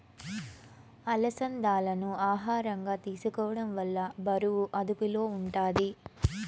అలసందాలను ఆహారంగా తీసుకోవడం వల్ల బరువు అదుపులో ఉంటాది